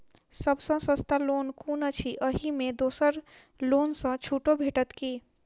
सब सँ सस्ता लोन कुन अछि अहि मे दोसर लोन सँ छुटो भेटत की?